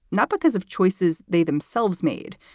not because of choices they themselves made,